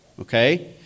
okay